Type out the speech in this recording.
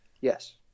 Yes